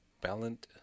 Balance